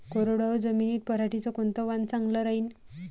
कोरडवाहू जमीनीत पऱ्हाटीचं कोनतं वान चांगलं रायीन?